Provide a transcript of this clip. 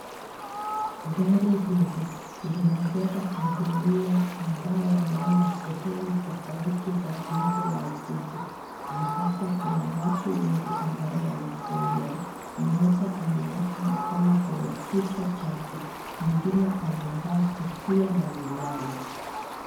Gari hizi zinapepa abiria ambao wanaenda sehemu tafauti za nje la jiji na hapa kuna watu wengi ambao wanatembea, moja ameweka mkono kwenye kichwa chake, mwingine amevaa kofia na miwani.